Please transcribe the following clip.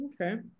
Okay